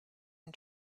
and